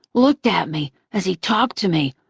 looked at me as he talked to me,